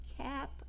cap